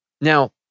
now